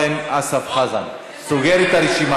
בטח, חבר הכנסת אורן אסף חזן סוגר את הרשימה.